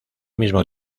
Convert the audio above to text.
mismo